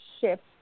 shift